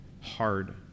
hard